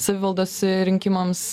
savivaldos rinkimams